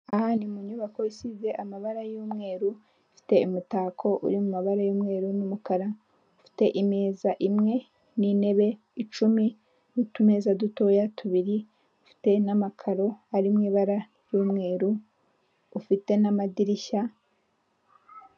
Aha ni mu nyubako isize amabara y'umweru, ifite umutako uri mu mabara y'umweru n'umukara, ifite imeza imwe n'intebe icumi, n'utumeza dutoya tubiri, ufite n'amakaro ari mu ibara ry'umweru, ufite n'amadirishya